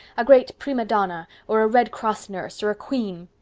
a great prima donna or a red cross nurse or a queen.